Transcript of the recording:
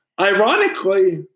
Ironically